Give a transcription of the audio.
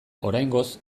oraingoz